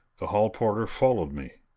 the hall porter followed me.